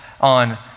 on